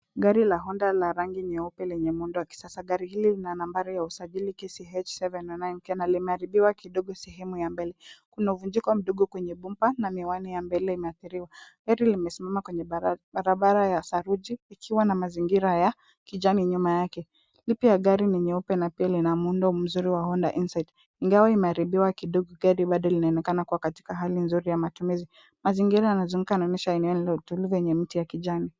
Gari la honda la rangi nyeupe lenye muundo wa kisasa. Gari hili lina nambari ya usajili KCH 709K na limeharibiwa kidogo sehemu ya mbele. Kuna uvunjiko mdogo kwenye bumpa na miwani ya mbele imeathiriwa. Gari limesimama kwenye barabara ya saruji ikiwa na mazingira ya kijani nyuma yake. Gari ni nyeupe na pia ina muundo mzuri wa honda insight .Ingawa imeharibiwa kidogo gari bado linaoneekana kuwa katika hali mzuri ya matumizi. Mazingira yanayozunguka yanaonesha eneo lenye mti wa kijani.